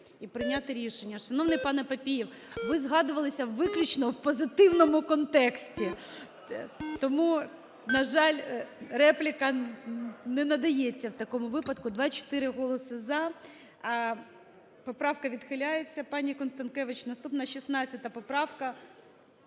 і прийняти рішення. Шановний панеПапієв, ви згадувалися виключно в позитивному контексті, тому, на жаль, репліка не надається в такому випадку. 13:13:45 За-24 24 голоси "за". Поправка відхиляється паніКонстанкевич. Наступна – 16 поправка.